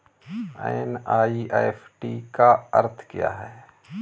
NEFT का अर्थ क्या है?